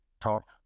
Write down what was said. talk